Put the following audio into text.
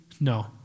No